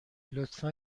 لطفا